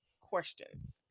questions